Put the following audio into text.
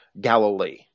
Galilee